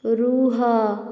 ରୁହ